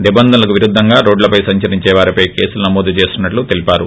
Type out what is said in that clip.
నిబంధనలకు విరుద్గంగా రోడ్లపై సంచరించే వారిపై కేసులు నమోదు చేస్తున్నట్లు తెలిపారు